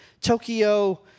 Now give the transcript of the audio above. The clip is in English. Tokyo